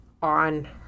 on